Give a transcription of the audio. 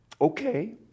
okay